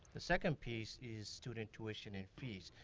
the second piece is student tuition and fees.